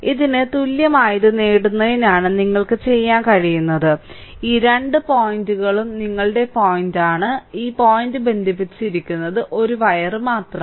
ഇതിന് തുല്യമായത് നേടുന്നതിനാണ് നിങ്ങൾക്ക് ചെയ്യാൻ കഴിയുന്നത് ഈ രണ്ട് പോയിന്റുകളും നിങ്ങളുടെ പോയിന്റാണ് ഈ പോയിന്റ് ബന്ധിപ്പിച്ചിരിക്കുന്നു ഒരു വയർ മാത്രം